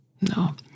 No